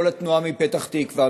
כל התנועה מפתח תקווה,